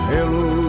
Hello